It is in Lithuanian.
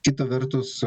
kita vertus